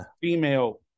female